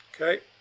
Okay